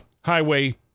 Highway